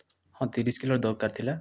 ହଁ ତିରିଶ କିଲୋର ଦରକାର ଥିଲା